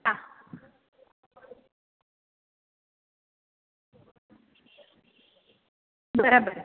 હા બરાબર